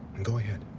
and go ahead.